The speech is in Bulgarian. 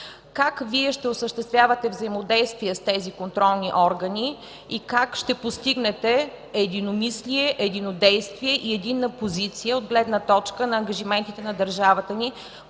Как Вие ще осъществявате взаимодействие с тези контролни органи и как ще постигнете единомислие, единодействие и единна позиция от гледна точка на ангажиментите на държавата ни